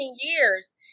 years